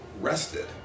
rested